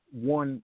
one